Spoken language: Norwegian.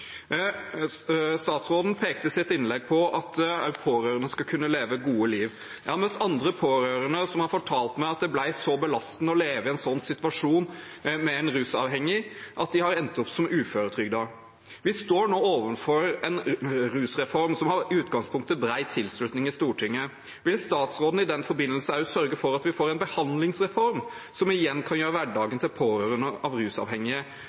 Statsråden pekte i sitt innlegg på at også pårørende skal kunne leve et godt liv. Jeg har møtt andre pårørende som har fortalt meg at det ble så belastende å leve i en situasjon med en rusavhengig, at de har endt som uføretrygdet. Vi står nå overfor en rusreform som i utgangspunktet har bred tilslutning i Stortinget. Vil statsråden i den forbindelse også sørge for at vi får en behandlingsreform som kan gjøre hverdagen for pårørende til rusavhengige